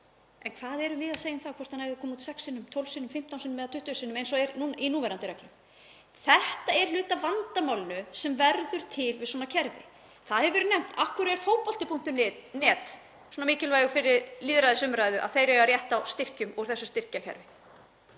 En hvað erum við að segja um það hvort þeir eiga að koma út sex sinnum, 12 sinnum, 15 sinnum eða 20 sinnum eins og er í núverandi reglum? Þetta er hluti af vandamálinu sem verður til við svona kerfi. Það hefur verið nefnt: Af hverju er Fótbolti.net svona mikilvægur fyrir lýðræðisumræðu að þeir eiga rétt á styrkjum úr þessu styrkjakerfi?